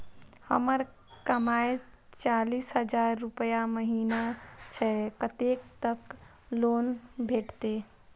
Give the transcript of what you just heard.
हमर कमाय चालीस हजार रूपया महिना छै कतैक तक लोन भेटते?